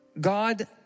God